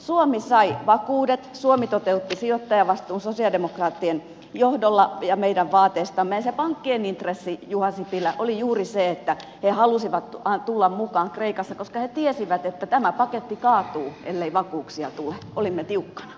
suomi sai vakuudet suomi toteutti sijoittajavastuun sosialidemokraattien johdolla ja meidän vaateestamme ja se pankkien intressi juha sipilä oli juuri se että ne halusivat tulla mukaan kreikassa koska ne tiesivät että tämä paketti kaatuu ellei vakuuksia tule